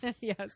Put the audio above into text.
yes